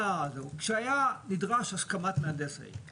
כשהייתה נדרשת הסכמת מהנדס העיר?